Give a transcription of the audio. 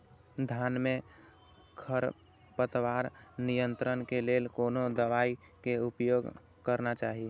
धान में खरपतवार नियंत्रण के लेल कोनो दवाई के उपयोग करना चाही?